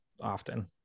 often